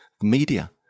media